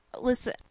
listen